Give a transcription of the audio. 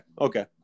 okay